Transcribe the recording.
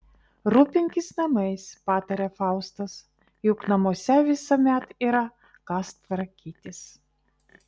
rūpinkis namais pataria faustas juk namuose visuomet yra kas tvarkytis